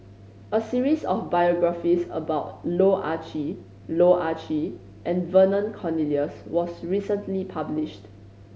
a series of biographies about Loh Ah Chee Loh Ah Chee and Vernon Cornelius was recently published